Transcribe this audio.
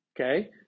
Okay